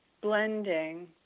blending